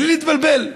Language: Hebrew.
בלי להתבלבל,